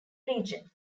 region